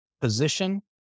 position